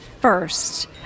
first